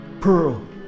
Pearl